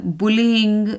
bullying